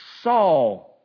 saw